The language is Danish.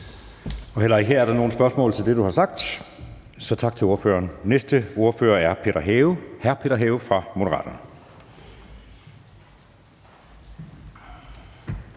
her er der nogen spørgsmål til det, der er blevet sagt. Tak til ordføreren. Den næste ordfører er hr. Peter Have fra Moderaterne.